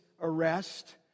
arrest